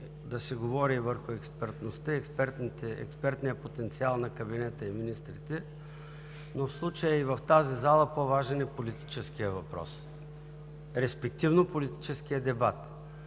да се говори върху експертността и експертния потенциал на кабинета и министрите, но в случая в тази зала по-важен е политическият въпрос, респективно политическият дебат,